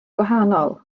gwahanol